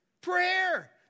prayer